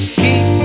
keep